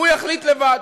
הוא יחליט לבד.